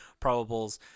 Probables